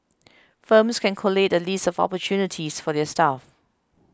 firms can collate a list of opportunities for their staff